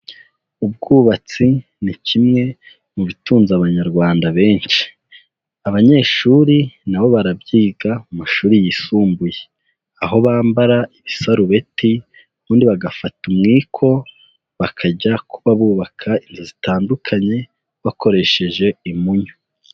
Ubwubatsi ni kimwe mu bitunze abanyarwanda benshi. Abanyeshuri na bo barabyiga, mu mashuri yisumbuye. Aho bambara ibisarubeti, ubundi bagafata umwiko, bakajya kuba bubaka inzu zitandukanye, bakoresheje imunyu.